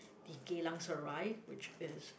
the Geylang Serai which is